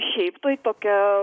šiaip tai tokia